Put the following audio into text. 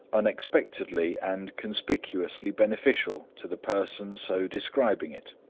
unexpectedly and conspicuously beneficial to the person so describing it.